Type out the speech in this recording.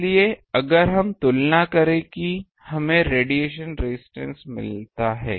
इसलिए अगर हम तुलना करें तो हमें रेडिएशन रेजिस्टेंस मिलता है